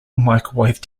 microwave